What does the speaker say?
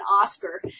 Oscar